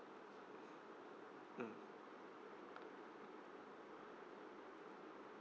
mm